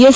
S